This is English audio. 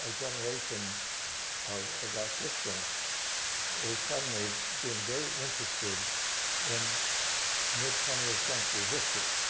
ah generation of of that instance is suddenly being very interested in mid-twentieth century history,